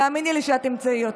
תאמיני לי שאת תמצאי אותם.